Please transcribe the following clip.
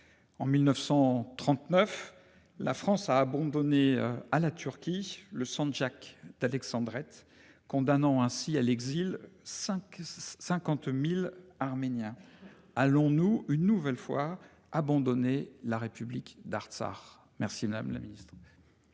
En 1939, la France a abandonné à la Turquie le Sandjak d'Alexandrette condamnant ainsi à l'exil. 5 50.000 Arméniens allons-nous une nouvelle fois abandonné la République d'tsar. Merci, madame la Ministre.